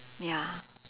ya